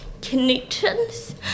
connections